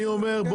אני אומר,